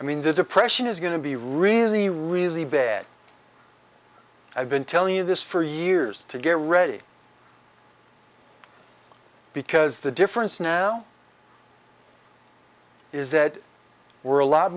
i mean the depression is going to be really really bad i've been telling you this for years to get ready because the difference now is that we're a lot